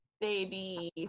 baby